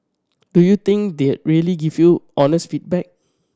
do you think they'd really give you honest feedback